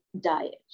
diet